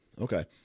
okay